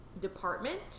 Department